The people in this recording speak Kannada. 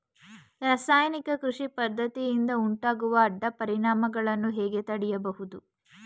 ರಾಸಾಯನಿಕ ಕೃಷಿ ಪದ್ದತಿಯಿಂದ ಉಂಟಾಗುವ ಅಡ್ಡ ಪರಿಣಾಮಗಳನ್ನು ಹೇಗೆ ತಡೆಯಬಹುದು?